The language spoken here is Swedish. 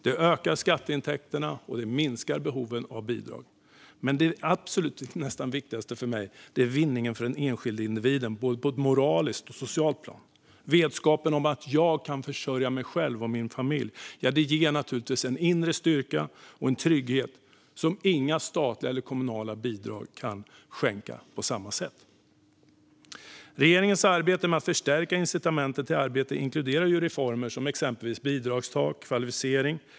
Det ökar skatteintäkterna och minskar behoven av bidrag. Men det absolut viktigaste för mig är vinningen för den enskilde individen på ett moraliskt och socialt plan. Vetskapen om att man kan försörja sig själv och sin familj ger naturligtvis en inre styrka och trygghet som inga statliga och kommunala bidrag kan skänka på samma sätt Regeringens arbete med att förstärka incitamenten till arbete inkluderar reformer som exempelvis bidragstak och kvalificering.